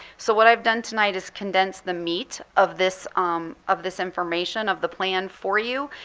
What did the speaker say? so what i've done tonight is condense the meat of this um of this information of the plan for you.